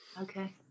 Okay